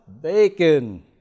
bacon